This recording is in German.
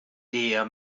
der